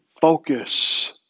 focus